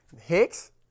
Hicks